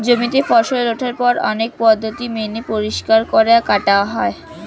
জমিতে ফসল ওঠার পর অনেক পদ্ধতি মেনে পরিষ্কার করা, কাটা হয়